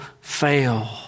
fail